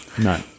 No